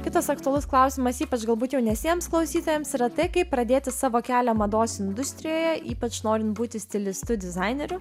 kitas aktualus klausimas ypač galbūt jaunesniems klausytojams yra tai kaip pradėti savo kelią mados industrijoje ypač norint būti stilistu dizaineriu